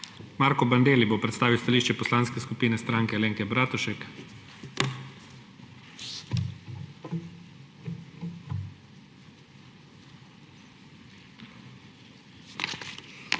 Marko Bandelli bo predstavil stališče Poslanske skupine Stranke Alenke Bratušek.